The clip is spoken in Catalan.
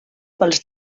pels